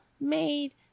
made